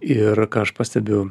ir ką aš pastebiu